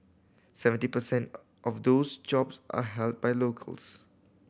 seventy per cent of those jobs are held by locals